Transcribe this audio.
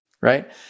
right